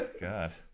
God